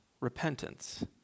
repentance